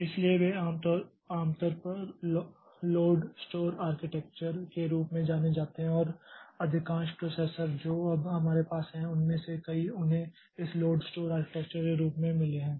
इसलिए वे आमतौर पर लोड स्टोर आर्किटेक्चर के रूप में जाने जाते हैं और अधिकांश प्रोसेसर जो अब हमारे पास हैं उनमें से कई उन्हें इस लोड स्टोर आर्किटेक्चर के रूप में मिले हैं